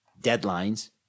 deadlines